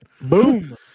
Boom